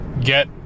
get